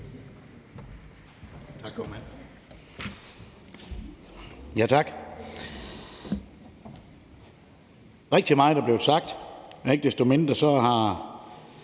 Tak